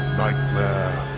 nightmare